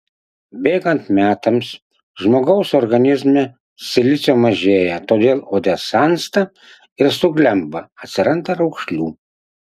bėgant metams žmogaus organizme silicio mažėja todėl oda sensta ir suglemba atsiranda raukšlių